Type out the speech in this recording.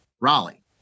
Raleigh